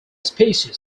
species